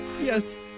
yes